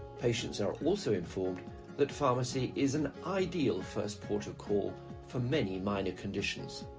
patients are also informed that pharmacy is an ideal first port of call for many minor conditions.